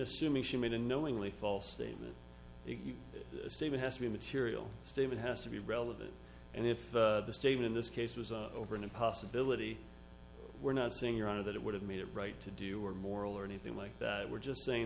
assuming she made a knowingly false statement the state has to be material steve it has to be relevant and if the state in this case was over in a possibility we're not saying your honor that it would have made it right to do or moral or anything like that we're just saying